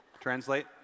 Translate